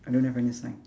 I don't have any sign